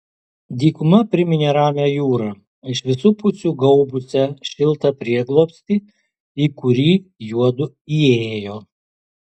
dykuma priminė ramią jūrą iš visų pusių gaubusią šiltą prieglobstį į kurį juodu įėjo